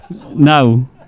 No